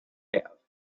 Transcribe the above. have